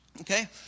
Okay